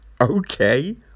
Okay